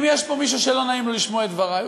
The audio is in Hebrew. אם יש פה מישהו שלא נעים לו לשמוע את דברי,